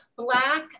Black